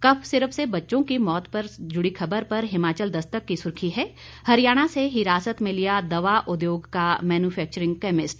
कफ syrup से बच्चों की मौत से जुड़ी खबर पर हिमाचल दस्तक की सुर्खी है हरियाणा से हिरासत में लिया दवा उद्योग का मैन्यूफेक्चरिंग केमिस्ट